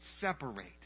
Separate